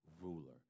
ruler